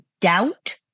doubt